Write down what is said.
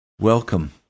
Welcome